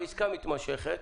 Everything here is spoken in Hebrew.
עסקה מתמשכת,